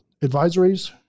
Advisories